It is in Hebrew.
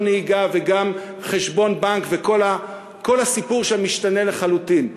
נהיגה וגם חשבון בנק וכל הסיפור שם משתנה לחלוטין.